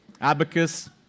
Abacus